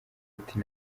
ati